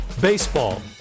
Baseball